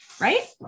right